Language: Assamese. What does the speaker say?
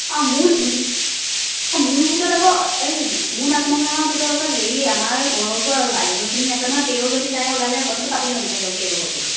অঁ মোৰ মোৰ মোৰো গোটত আকৌ এই মোৰ আত্মসহায়ক গোটত আকৌ হেৰি আমাৰেই ঘৰ ওচৰ বাইদেউ এজনী আছে নহয় তেওঁ যদি যায় ওলালে কথাটো পাতি ল'ম তাই লগত তেওঁৰ লগতো আৰু